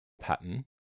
pattern